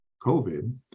covid